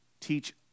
Teach